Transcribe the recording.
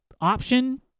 option